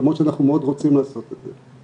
למרות שאנחנו מאוד רוצים לעשות את זה,